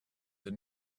the